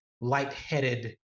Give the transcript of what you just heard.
lightheaded